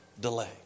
delay